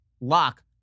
lock